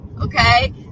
Okay